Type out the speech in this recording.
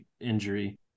injury